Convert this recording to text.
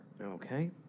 Okay